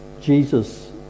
Jesus